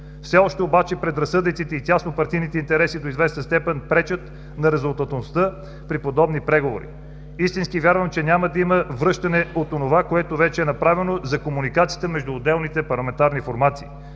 Все още обаче предразсъдъците и тяснопартийните интереси до известна степен пречат на резултатността при подобни преговори. Истински вярвам, че няма да има връщане от онова, което вече е направено за комуникациите между отделните парламентарни формации.